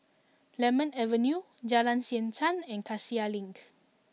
Lemon Avenue Jalan Siantan and Cassia Link